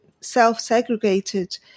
self-segregated